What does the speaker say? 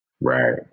Right